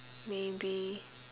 maybe